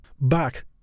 Back